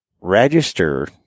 register